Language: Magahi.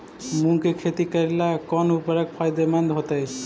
मुंग के खेती करेला कौन उर्वरक फायदेमंद होतइ?